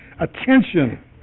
attention